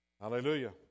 Hallelujah